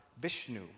Vishnu